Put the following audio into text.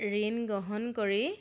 ঋণ গ্ৰহণ কৰি